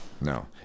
no